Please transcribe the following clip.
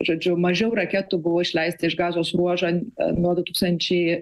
žodžiu mažiau raketų buvo išleista iš gazos ruožą nuo du tūkstančiai